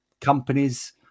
companies